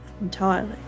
entirely